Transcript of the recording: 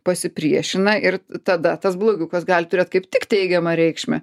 pasipriešina ir tada tas blogiukas gali turėt kaip tik teigiamą reikšmę